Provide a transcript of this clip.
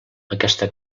aquesta